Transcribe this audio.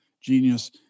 genius